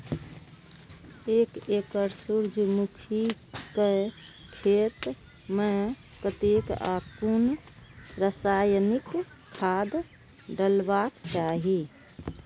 एक एकड़ सूर्यमुखी केय खेत मेय कतेक आ कुन रासायनिक खाद डलबाक चाहि?